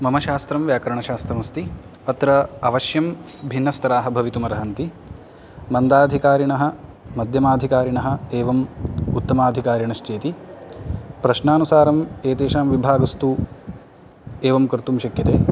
मम शास्त्रं व्याकरणशास्त्रम् अस्ति अत्र अवश्यं भिन्नस्तराः भवितुम् अर्हन्ति मन्दाधिकारिणः मध्यमाधिकारिणः एवं उत्तमाधिकारिणश्चेति प्रश्नानुसारं एतेषां विभागस्तु एवं कर्तुं शक्यते